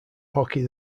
hockey